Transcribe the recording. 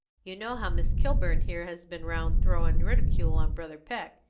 you know how miss kilburn here has been round throwing ridicule on brother peck,